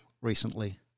recently